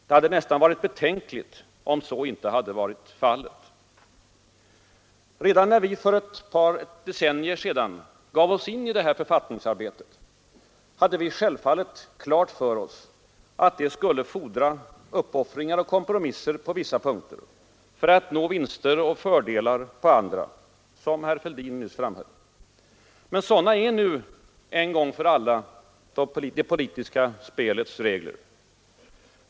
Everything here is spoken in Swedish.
Det hade nästan varit betänkligt om så inte hade varit fallet. Redan när vi för ett par decennier sedan gav oss in i författningsarbetet hade vi självfallet klart för oss att det skulle fordra uppoffringar och kompromisser på vissa punkter för att nå vinster och fördelar på andra, som herr Fälldin nyss framhöll. Men sådana är nu en gång för alla det politiska spelets regler.